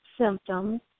symptoms